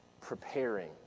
preparing